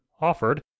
offered